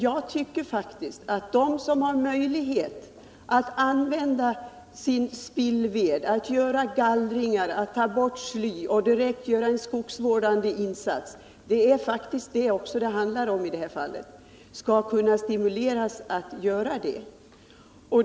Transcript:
Jag tycker faktiskt att de villaägare som har möjlighet att använda spillved, att gallra och ta bort sly samt därmed göra en skogsvårdande insats — det är också vad det handlar om i detta fall — skall stimuleras till det.